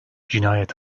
cinayet